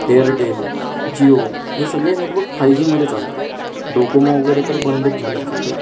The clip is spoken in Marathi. एअरटेल जीओ हे सगळे नेटवर्क फाय जीमध्ये चालतात डोकोमो वगैरे तर बंदच झालेत सध्या